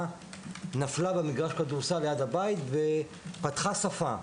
נפלה במגרש כדורסל ליד הבית ופתחה שפה.